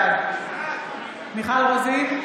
בעד מיכל רוזין,